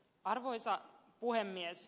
arvoisa puhemies